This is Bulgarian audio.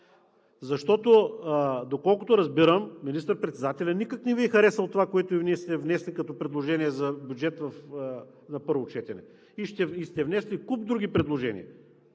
Защото, доколкото разбирам министър-председателя, никак не Ви е харесал това, което сте внесли, като предложение за бюджет на първо четене, внесли сте и куп други предложения.